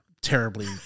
terribly